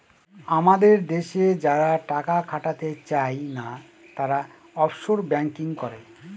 আমাদের দেশে যারা টাকা খাটাতে চাই না, তারা অফশোর ব্যাঙ্কিং করে